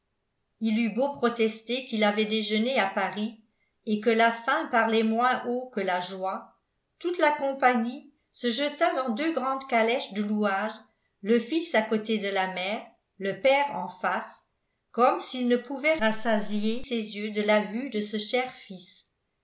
il eut beau protester qu'il avait déjeuné à paris et que la faim parlait moins haut que la joie toute la compagnie se jeta dans deux grandes calèches de louage le fils à côté de la mère le père en face comme s'il ne pouvait rassasier ses yeux de la vue de ce cher fils